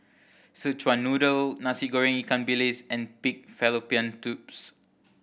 Szechuan Noodle Nasi Goreng ikan bilis and pig fallopian tubes